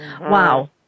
Wow